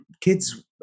kids